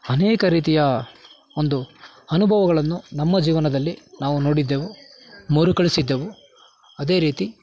ಅನೇಕ ರೀತಿಯ ಒಂದು ಅನುಭವಗಳನ್ನು ನಮ್ಮ ಜೀವನದಲ್ಲಿ ನಾವು ನೋಡಿದ್ದೆವು ಮರುಕಳಿಸಿದ್ದೆವು ಅದೇ ರೀತಿ